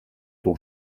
ton